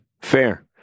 fair